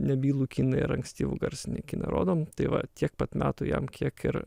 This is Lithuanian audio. nebylų kiną ir ankstyvų garsinį kiną rodom tai va tiek pat metų jam kiek ir